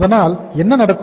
அதனால் என்ன நடக்கும்